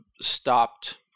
stopped